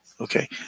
Okay